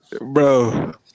Bro